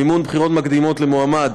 מימון בחירות מקדימות למועמד